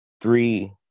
three